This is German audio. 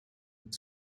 mit